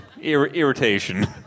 irritation